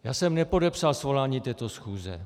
Já jsem nepodepsal svolání této schůze.